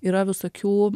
yra visokių